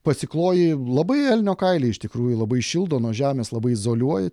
pasikloji labai elnio kailiai iš tikrųjų labai šildo nuo žemės labai izoliuoja